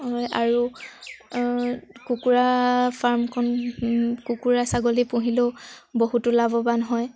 হয় আৰু কুকুৰা ফাৰ্মখন কুকুৰা ছাগলী পুহিলেও বহুতো লাভৱান হয়